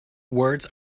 words